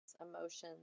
emotions